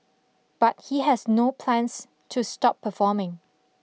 but he has no plans to stop performing